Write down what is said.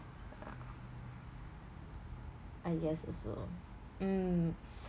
ah yes also mm